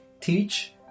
teach